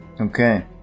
Okay